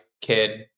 kid